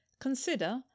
Consider